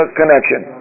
connection